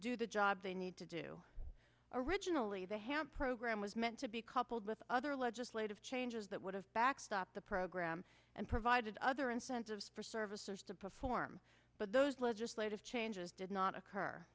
do the job they need to do originally the hand program was meant to be coupled with other legislative changes that would have backstop the program and provided other incentives for servicers to perform but those legislative changes did not occur